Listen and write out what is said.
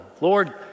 Lord